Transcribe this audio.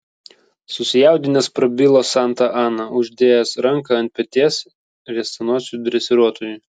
susijaudinęs prabilo santa ana uždėjęs ranką ant peties riestanosiui dresiruotojui